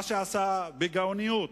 מה שעשה, בגאוניות,